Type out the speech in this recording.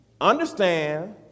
understand